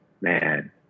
man